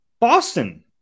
Boston